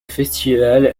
festival